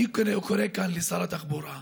אני קורא כאן לשר התחבורה: